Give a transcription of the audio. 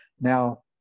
Now